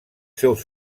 seus